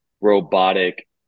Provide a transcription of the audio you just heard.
robotic